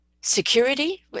security